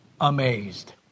amazed